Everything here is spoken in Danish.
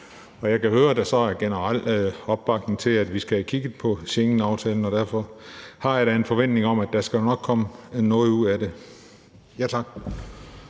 Jeg kan høre, at der er generel opbakning til, at vi skal have kigget på Schengenaftalen, og derfor har jeg da en forventning om, at der nok skal komme noget ud af det. Tak.